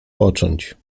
począć